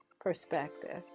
perspective